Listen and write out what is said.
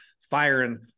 firing